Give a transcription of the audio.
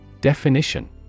Definition